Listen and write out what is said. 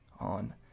on